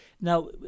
Now